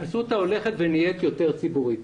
אסותא ונהיית יותר ציבורית.